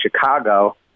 Chicago